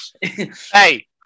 Hey